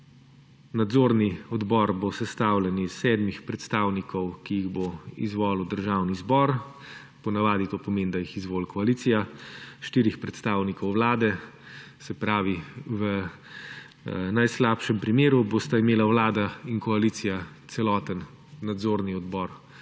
Nadzorni odbor bo sestavljen iz sedmih predstavnikov, ki jih bo izvolil Državni zbor, ponavadi to pomeni, da jih izvoli koalicija, štirih predstavnikov Vlade, se pravi, v najslabšem primeru, bosta imela Vlada in koalicija celoten nadzorni odbor